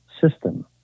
system